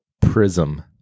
Prism